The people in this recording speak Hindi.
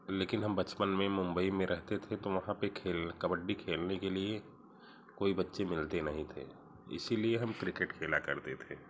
लेकिन हम बचपन में मुंबई में रहते थे तो वहाँ पे खेल कबड्डी खेलने के लिए कोई बच्चे मिलते नहीं थे इसीलिए हम क्रिकिट खेला करते थे